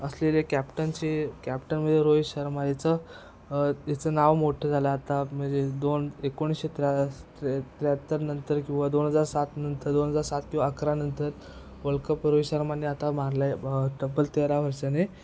असलेले कॅप्टनचे कॅप्टन म्हणजे रोहित शर्मा याचं हेचं नाव मोठं झालं आता म्हणजे दोन एकोणीसशे त्र्या त्र्याहत्तर नंतर किंवा दोन हजार सात नंतर दोन हजार सात किंवा अकरा नंतर वर्ल्डकप रोहित शर्माने आता मारला आहे तबल तेरा वर्षाने